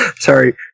Sorry